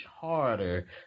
harder